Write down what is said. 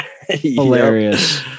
Hilarious